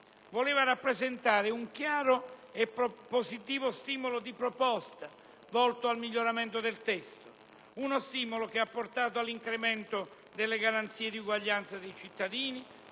voleva rappresentare un chiaro e propositivo stimolo di proposta, volto al miglioramento del testo. Uno stimolo che ha portato all'incremento delle garanzie di uguaglianza tra i cittadini,